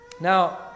Now